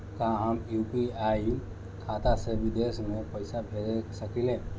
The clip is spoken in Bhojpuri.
का हम यू.पी.आई खाता से विदेश में पइसा भेज सकिला?